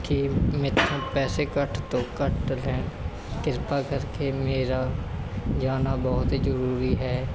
ਕਿ ਮੈਥੋਂ ਪੈਸੇ ਘੱਟ ਤੋਂ ਘੱਟ ਲੈਣ ਕਿਰਪਾ ਕਰਕੇ ਮੇਰਾ ਜਾਣਾ ਬਹੁਤ ਜ਼ਰੂਰੀ ਹੈ